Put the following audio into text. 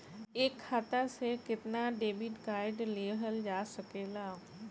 एक खाता से केतना डेबिट कार्ड लेहल जा सकेला?